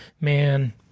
man